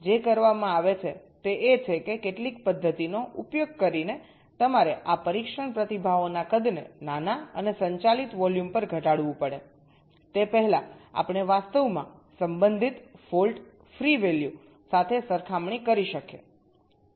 તેથી જે કરવામાં આવે છે તે એ છે કે કેટલીક પદ્ધતિનો ઉપયોગ કરીને તમારે આ પરીક્ષણ પ્રતિભાવોના કદને નાના અને સંચાલિત વોલ્યુમ પર ઘટાડવું પડે તે પહેલાં આપણે વાસ્તવમાં સંબંધિત ફોલ્ટ ફ્રી વેલ્યુ સાથે સરખામણી કરી શકીએ